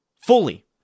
fully